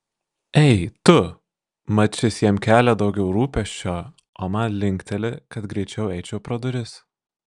ei tu mat šis jam kelia daugiau rūpesčio o man linkteli kad greičiau eičiau pro duris